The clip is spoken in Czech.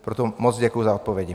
Proto moc děkuji za odpovědi.